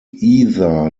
either